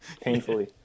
painfully